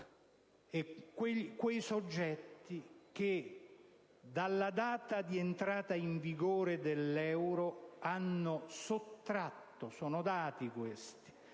a quei soggetti che dalla data di entrata in vigore dell'euro hanno sottratto - sono dati questi